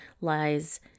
lies